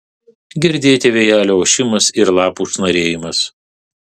girdėti vėjelio ošimas ir lapų šnarėjimas